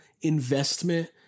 investment